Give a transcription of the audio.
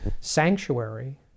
sanctuary